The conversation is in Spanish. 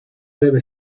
debe